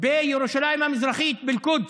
בירושלים המזרחית, באל-קודס.